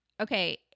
Okay